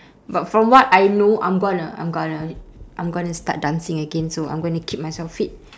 but from what I know I'm gonna I'm gonna I'm gonna start dancing again so I'm gonna keep myself fit